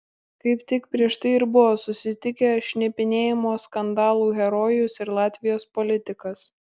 kaip tik prieš tai ir buvo susitikę šnipinėjimo skandalų herojus ir latvijos politikas